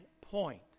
point